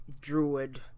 Druid